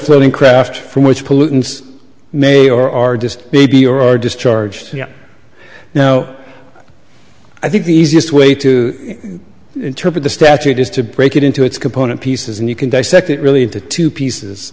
floating craft from which pollutants may or are just maybe or are discharged now i think the easiest way to interpret the statute is to break it into its component pieces and you can dissect it really into two pieces